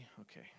Okay